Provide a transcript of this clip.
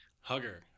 hugger